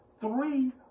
three